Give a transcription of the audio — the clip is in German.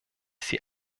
sie